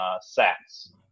sacks